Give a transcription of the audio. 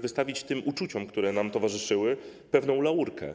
wystawić tym uczuciom, które nam towarzyszyły, pewną laurkę.